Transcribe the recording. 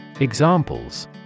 Examples